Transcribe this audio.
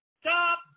stop